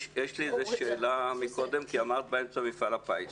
יש לי שאלה אחרת, כי ציינת קודם את מפעל הפיס.